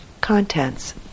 contents